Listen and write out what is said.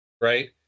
right